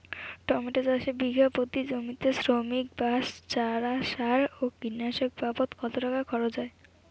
Tomato চাষে বিঘা প্রতি জমিতে শ্রমিক, বাঁশ, চারা, সার ও কীটনাশক বাবদ কত টাকা খরচ হয়?